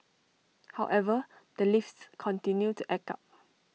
however the lifts continue to act up